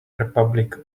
republic